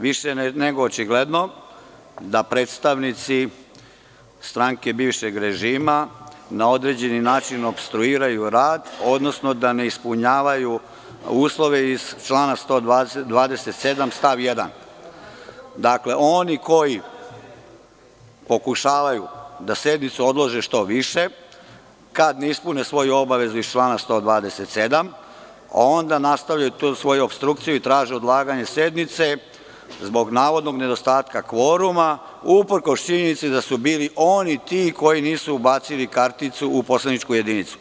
Više nego očigledno da predstavnici stranke bivšeg režima na određeni način opstruiraju rad, odnosno da ne ispunjavaju uslove iz člana 127. stav 1. Dakle, oni koji pokušavaju da sednicu odlože što više, kad ne ispune svoju obavezu iz člana 127. onda nastavljaju tu svoju opstrukciju i traže odlaganje sednice zbog navodnog nedostatka kvoruma uprkos činjenici da su bili oni ti koji nisu ubacili karticu u poslaničku jedinicu.